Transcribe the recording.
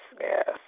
yes